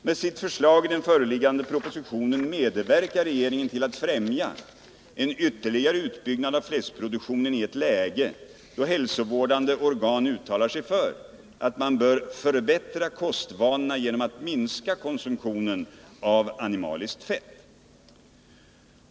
Med sitt förslag i den föreliggande propositionen medverkar regeringen till att främja en ytterligare utbyggnad av fläskproduktionen i ett läge då hälsovårdande organ uttalar sig för att man bör förbättra kostvanorna genom att minska konsumtionen av animaliskt fett.